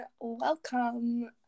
Welcome